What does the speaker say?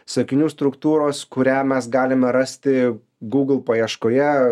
sakinių struktūros kurią mes galime rasti google paieškoje